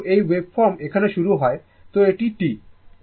আবার যেহেতু এই ওয়েভফর্ম এখানে শুরু হয় তো এটি T